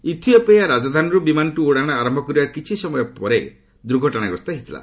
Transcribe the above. Ethiopia ରାଜଧାନୀରୁ ବିମାନଟି ଉଡାରଣ ଆରମ୍ଭ କରିବାର କିଛି ସମୟ ମଧ୍ୟରେ ଦୁର୍ଘଟଣାଗ୍ରସ୍ତ ହୋଇଥିଲା